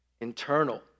internal